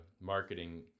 marketing